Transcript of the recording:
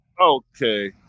Okay